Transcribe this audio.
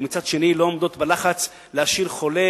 מצד אחר הן לא עומדות בלחץ להשאיר חולה